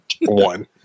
One